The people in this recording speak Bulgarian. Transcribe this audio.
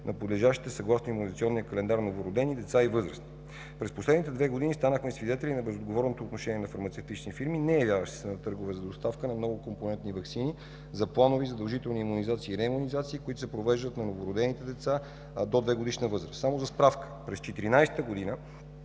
на подлежащите съгласно Имунизационния календар новородени, деца и възрастни. През последните две години станахме свидетели на безотговорното отношение на фармацевтични фирми, неявяващи се на търгове за доставка на многокомпонентни ваксини за планови задължителни имунизации и реимунизации, които се провеждат на новородени и деца до двегодишна възраст. Само за справка: през 2014 г. на